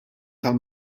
tal